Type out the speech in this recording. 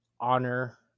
honor